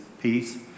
peace